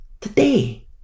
Today